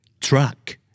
Truck